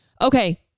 Okay